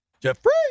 Jeffrey